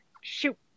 shoot